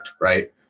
right